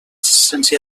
sense